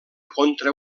contra